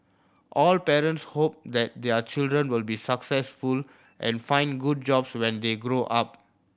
all parents hope that their children will be successful and find good jobs when they grow up